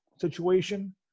situation